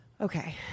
okay